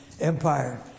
Empire